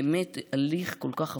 באמת הליך כל כך חפוז.